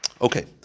okay